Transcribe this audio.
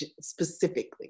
specifically